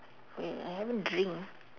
um I haven't drink